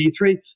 D3